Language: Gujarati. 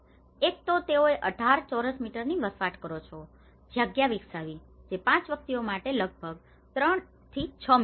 એક તો તેઓએ 18 ચોરસ મીટરની વસવાટ કરો છો જગ્યા વિકસાવી જે 5 વ્યક્તિઓ માટે લગભગ 3 6 મીટર છે